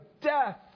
death